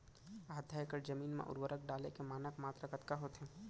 आधा एकड़ जमीन मा उर्वरक डाले के मानक मात्रा कतका होथे?